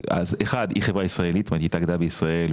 ואז היא חברה ישראלית שהתאגדה בישראל,